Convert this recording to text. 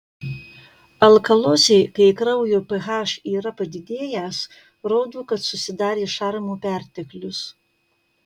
alkalozė kai kraujo ph yra padidėjęs rodo kad susidarė šarmų perteklius